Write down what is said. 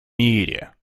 мире